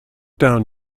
down